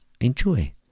enjoy